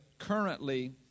currently